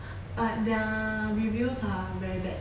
but their reviews are very bad